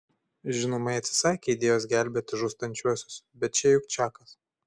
žinoma ji atsisakė idėjos gelbėti žūstančiuosius bet čia juk čakas